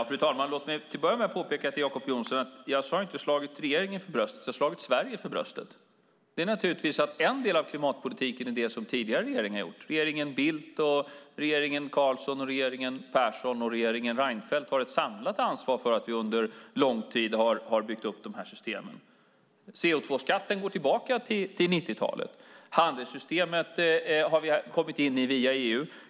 Fru talman! Låt mig till att börja med påpeka för Jacob Johnson att jag inte har slagit mig för bröstet å regeringens vägnar utan å Sveriges vägnar. Det är naturligtvis så att en del av klimatpolitiken är det som tidigare regeringar har gjort. Regeringen Bildt, regeringen Carlsson, regeringen Persson och regeringen Reinfeldt har ett samlat ansvar för att vi under lång tid har byggt upp de här systemen. Handelssystemet har vi kommit in i via EU.